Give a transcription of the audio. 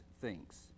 thinks